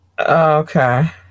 Okay